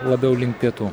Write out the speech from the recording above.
labiau link pietų